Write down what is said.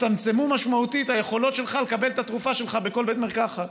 הצטמצמו משמעותית היכולות שלך לקבל את התרופה שלך בכל בית מרקחת.